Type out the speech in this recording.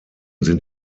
sind